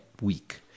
week